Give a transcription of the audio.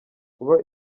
kuba